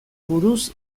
buruz